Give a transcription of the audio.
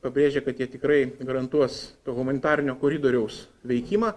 pabrėžė kad jie tikrai garantuos to humanitarinio koridoriaus veikimą